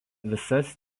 visas